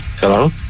Hello